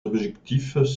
objectifs